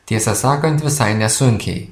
tiesą sakant visai nesunkiai